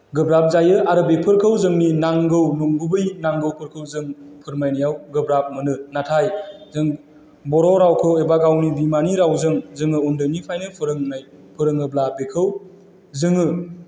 गोब्राब जायो आरो बेफोरखौ जोंनि नांगौ नंगुबै नांगौफोरखौ जों फोरमायनायाव गोब्राब मोनो नाथाय जों बर' रावखौ एबा गावनि बिमानि रावजों जोङो उन्दैनिफ्रायनो फोरोंनाय फोरोङोब्ला बेखौ जोङो